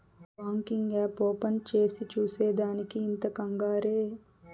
banking app open చేసి చూసే దానికి ఇంత కంగారే